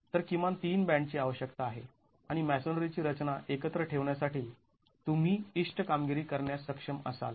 तर किमान तीन बॅन्डची आवश्यकता आहे आणि मॅसोनरीची रचना एकत्र ठेवण्यासाठी तुम्ही इष्ट कामगिरी करण्यास सक्षम असाल